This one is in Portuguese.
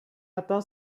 natal